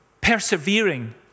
persevering